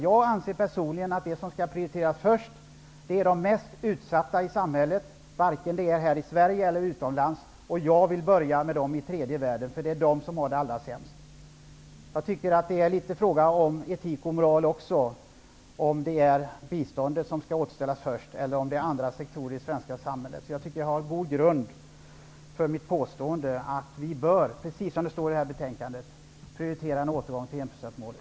Jag anser personligen att vi i första hand skall prioritera de mest utsatta i samhället oavsett om de finns i Sverige eller utomlands. Jag vill börja med dem i tredje världen eftersom det är de som har det allra sämst. Jag tycker att det är en fråga om etik och moral, om det är biståndet som skall återställas först eller om det är andra sektorer i det svenska samhället. Jag tycker att jag har god grund för mitt påstående att vi bör -- precis som det står i betänkandet -- prioritera en återgång till enprocentsmålet.